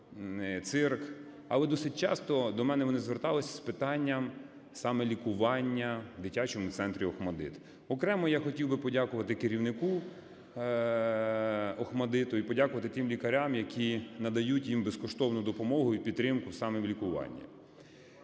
Але досить часто до мене вони зверталися з питанням саме лікування в дитячому центрі ОХМАТДИТ. Окремо я хотів би подякувати керівнику ОХМАТДИТу і подякувати тим лікарям, які надають їм безкоштовну допомогу і підтримку саме в лікуванні.